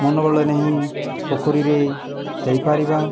ମନବଳ ନେଇ ପୋଖରୀରେ ଯାଇପାରିବା